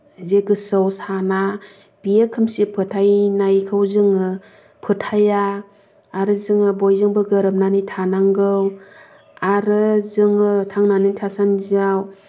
जि गोसोआव साना बियो खोमसि फोथायनायखौ जोङो फोथाया आरो जोङो बयजोंबो गोरोबनानै थानांगौ आरो जोङो थांनानै थासान्दिआव